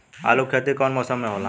आलू के खेती कउन मौसम में होला?